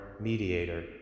mediator